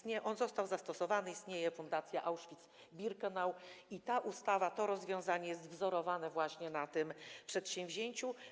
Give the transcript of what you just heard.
On już został zastosowany, istnieje Fundacja Auschwitz-Birkenau i ta ustawa, to rozwiązanie jest wzorowane właśnie na tym przedsięwzięciu.